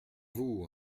vous